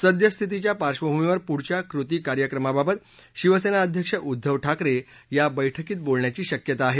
सद्यस्थितीच्या पार्श्वभूमीवर पुढच्या कृतीकार्यक्रमाबाबत शिवसेना अध्यक्ष उद्धव ठाकरे या बैठकीत बोलण्याची शक्यता आहे